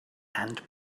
and